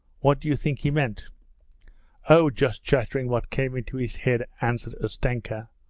what do you think he meant oh, just chattering what came into his head answered ustenka.